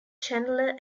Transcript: chandler